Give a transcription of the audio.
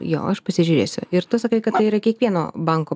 jo aš pasižiūrėsiu ir tu sakai kad tai yra kiekvieno banko